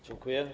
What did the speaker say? Dziękuję.